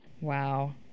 Wow